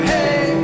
Hey